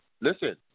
Listen